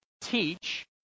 teach